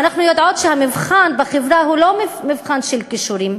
אנחנו יודעות שהמבחן בחברה הוא לא מבחן של כישורים,